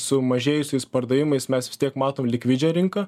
sumažėjusiais pardavimais mes vis tiek matom likvidžią rinką